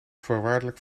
voorwaardelijk